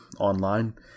online